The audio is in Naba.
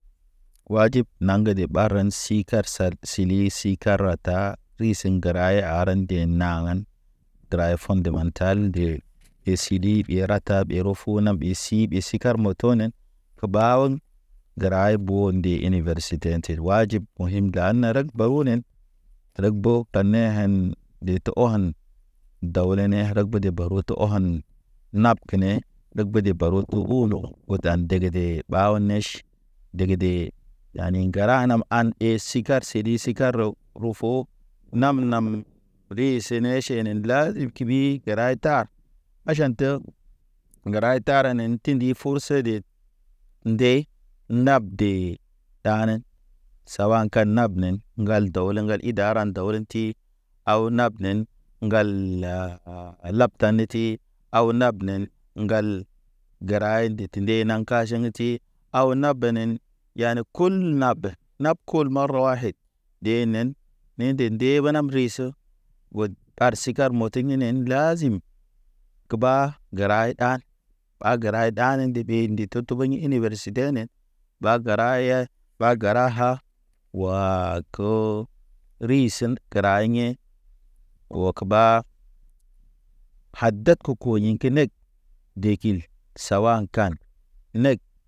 Wajib naŋge ɗe ɓaren si kar sili si kara taa risi ŋgara e aren de nahen. Dra he fon de menta nde. Esidi erata ɓerof, puna ɓe si, ɓe si kar mo tonen kə ba on. Gəra e bo nde universite inte wajib o̰ him dana rag bahonen, reg bo ta ne hen, ɗe to honan. Daw nene regba te baroto o wan, nap kene ɗeg ba te baroto wu lo̰. Undan ndege de ɓaw nɛʃ dege de. Yani ŋgera nam an e si kar si e si karo. Ro fo nam- nam Ri sene ʃene labib kibi gəra tar, aʃan te, gəray tara nen tindi fu se de. Nde nab de, daɾen. Sawa an ka nab nen, ŋgal dow lo ŋgal ida ran daw loti. Aw nab nen ŋgal, lab ta ne ti, aw nab nen ŋgal. Gərra nde te ndenaŋ ka ʃing ti, aw na benen yane kul nab. Nab kol marə waid, ɗenen ne nde ndeɓa nam riso, wod ɓar si kar moto inen lazim. Kəɓa gəray ɗa. Ɓa gəra ɗane ndə ɓe nde to tobe universite nen. Ɓa gəra yay, ɓa gəra ha. Waa ko, risem tra yḛ. Hok ɓa, haded ke koɲi kə neg. Dekil, sawa aŋkan neg.